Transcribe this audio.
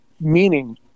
Meaning